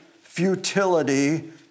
futility